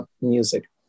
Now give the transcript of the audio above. music